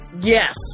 Yes